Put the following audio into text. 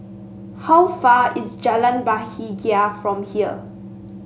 how far away is Jalan Bahagia from here